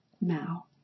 now